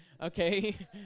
Okay